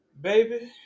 baby